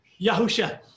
Yahusha